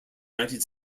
united